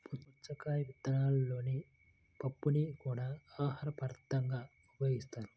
పుచ్చకాయ విత్తనాలలోని పప్పుని కూడా ఆహారపదార్థంగా ఉపయోగిస్తారు